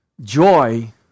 joy